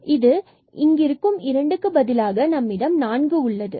இந்த 2 க்கு பதிலாக நம்மிடம் 4 உள்ளது